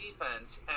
defense